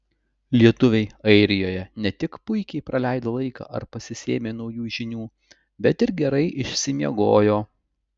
lietuviai airijoje ne tik puikiai praleido laiką ar pasisėmė naujų žinių bet ir gerai išsimiegojo